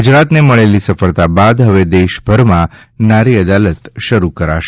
ગુજરાતને મળેલી સફળતા બાદ હવે દેશભરમાં નારી અદાલત શરૂ કરાશે